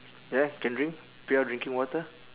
yeah can drink pure drinking water